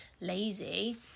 lazy